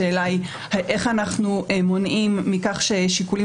השאלה היא איך אנחנו מונעים מכם ששיקולים